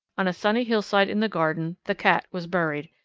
on a sunny hillside in the garden the cat was buried,